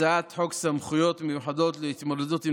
הצעת חוק סמכויות מיוחדות להתמודדות עם